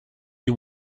you